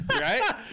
Right